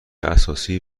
اساسی